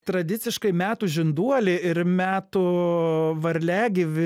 tradiciškai metų žinduolį ir metų varliagyvį